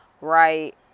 right